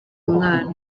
umwana